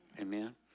Amen